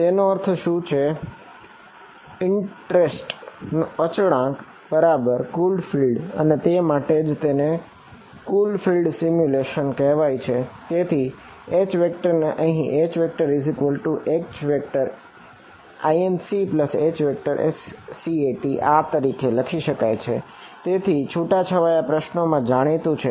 તેથી H ને અહીં HHincHscat આ રીતે લખી શકાય છે તેથી છુટા છવાયા પ્રશ્નો માં જાણીતું છે